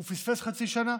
הוא פספס חצי שנה.